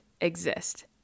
exist